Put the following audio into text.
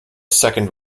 second